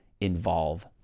involve